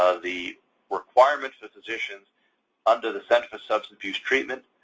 ah the requirements of physicians under the center for substance abuse treatment,